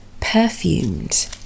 Perfumed